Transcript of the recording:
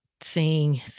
seeing